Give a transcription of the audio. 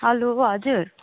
हलो हजुर